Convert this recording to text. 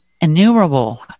innumerable